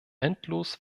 endlos